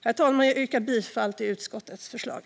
Herr talman! Jag yrkar bifall till utskottets förslag.